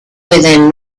within